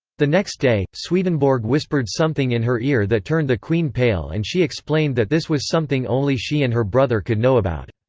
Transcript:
the next day, swedenborg whispered something in her ear that turned the queen pale and she explained that this was something only she and her brother could know about.